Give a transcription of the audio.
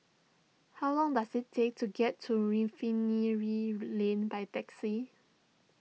how long does it take to get to Refinery Lane by taxi